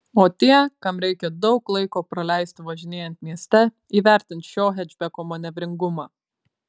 o tie kam reikia daug laiko praleisti važinėjant mieste įvertins šio hečbeko manevringumą